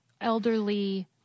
elderly